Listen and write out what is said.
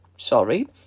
Sorry